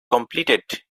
completed